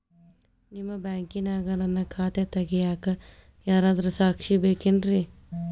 ನಿಮ್ಮ ಬ್ಯಾಂಕಿನ್ಯಾಗ ನನ್ನ ಖಾತೆ ತೆಗೆಯಾಕ್ ಯಾರಾದ್ರೂ ಸಾಕ್ಷಿ ಬೇಕೇನ್ರಿ?